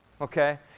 Okay